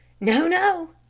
no, no,